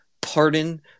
pardon